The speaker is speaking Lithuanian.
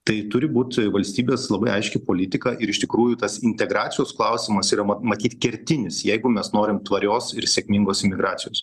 tai turi būti valstybės labai aiški politika ir iš tikrųjų tas integracijos klausimas yra matyt kertinis jeigu mes norim tvarios ir sėkmingos imigracijos